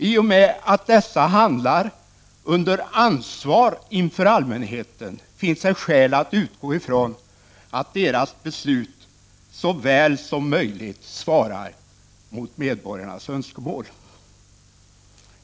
I och med att dessa handlar under ansvar inför allmänheten finns det skäl att utgå från att deras beslut såväl som möjlighet svarar mot medborgarnas önskemål.